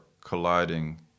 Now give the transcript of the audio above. colliding